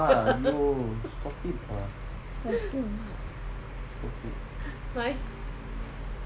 !aiyo! stop it lah stop it